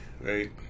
right